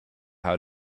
how